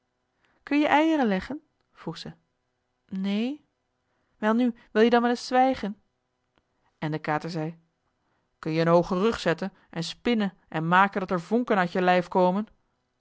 kun je eieren leggen vroeg zij neen welnu wil je dan wel eens zwijgen en de kater zei kun je een hoogen rug zetten en spinnen en maken dat er vonken uit je lijf komen